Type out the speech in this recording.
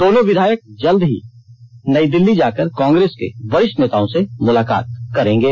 दोनों विधायक जल्द ही नहीं दिल्ली जाकर कांग्रेस के वरिष्ठ नेताओं से मुलाकात करेंगे